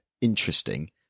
interesting